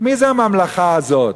מי זה הממלכה הזאת?